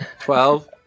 Twelve